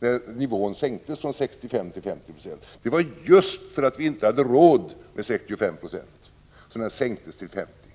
då nivån sänktes från 65 till 50 26. Det var just därför att vi inte hade råd med 65 96 som nivån sänktes till 50 76.